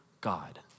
God